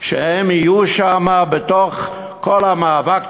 שהם יהיו שם בתוך כל המאבק.